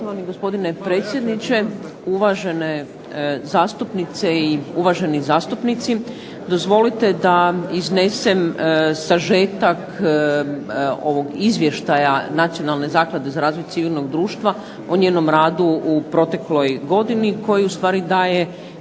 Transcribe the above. Poštovani gospodine predsjedniče, uvažene zastupnice i uvaženi zastupnici. Dozvolite da iznesem sažetak ovog izvještaja Nacionalne zaklade za razvoj civilnog društva o njenom radu u protekloj godini koji u stvari daje